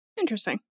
Interesting